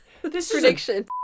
prediction